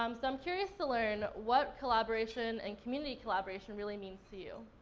um so, i'm curious to learn what collaboration and community collaboration really means to you.